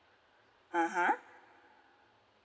(uh huh)